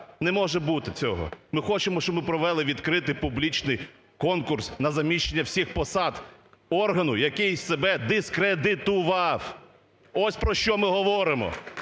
Не може бути цього. Ми хочемо, що ми провели відкритий публічний конкурс на заміщення всіх посад орану, який себе дискредитував, – ось про що ми говоримо.